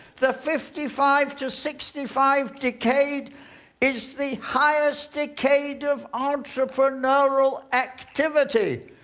the fifty five to sixty five decade is the highest decade of entrepreneurial activity,